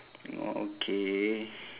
okay